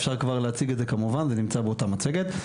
אפשר כבר להציג את זה כמובן, זה נמצא באותה מצגת.